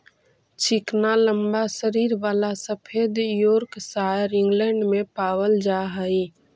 चिकना लम्बा शरीर वाला सफेद योर्कशायर इंग्लैण्ड में पावल जा हई